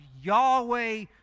Yahweh